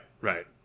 right